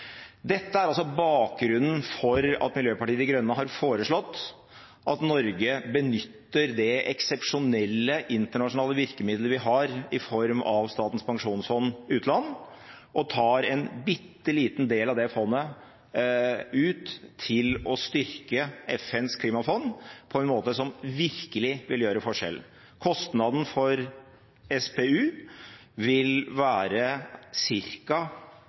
Dette er altså bakgrunnen for at Miljøpartiet De Grønne har foreslått at Norge benytter det eksepsjonelle internasjonale virkemidlet vi har i form av Statens pensjonsfond utland, og tar en bitte liten del av det fondet til å styrke FNs klimafond på en måte som virkelig vil gjøre en forskjell. Kostnaden for SPU vil være